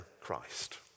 Christ